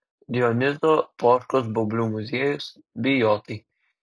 dionizo poškos baublių muziejus bijotai